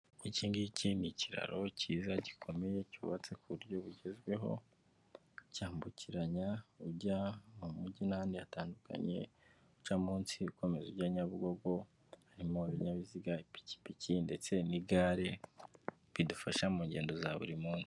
Iki ngiki ni ikiraro cyiza gikomeye cyubatse ku buryo bugezweho, cyambukiranya ujya mu mujyi n'ahandi hatandukanye, uca munsi ukomeza ujya Nyabugogo, harimo ibinyabiziga ipikipiki, ndetse n'igare, bidufasha mu ngendo za buri munsi.